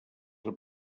del